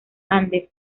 andes